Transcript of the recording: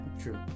True